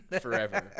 forever